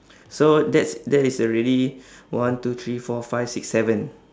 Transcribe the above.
so that's that is already one two three four five six seven